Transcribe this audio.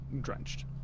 drenched